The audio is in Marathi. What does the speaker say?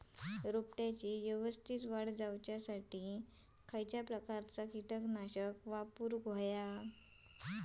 रोपट्याची यवस्तित वाढ जाऊच्या खातीर कसल्या प्रकारचा किटकनाशक वापराक होया?